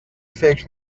فکر